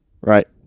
right